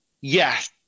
yes